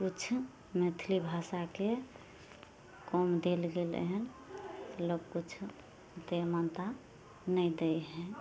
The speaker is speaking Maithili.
किछु मैथिली भाषाके कम देल गेलै हन लोक किछु दै मानता नहि दै हइ